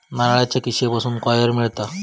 नारळाच्या किशीयेपासून कॉयर मिळता